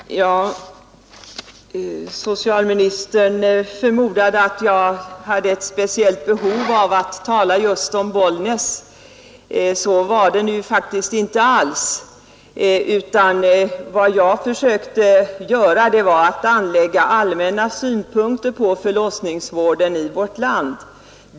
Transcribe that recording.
Herr talman! Socialministern förmodade att jag hade ett speciellt behov av att tala just om Bollnäs. Så var det faktiskt inte alls, utan vad jag försökte göra var att anlägga allmänna synpunkter på förlossningsvården i vårt land.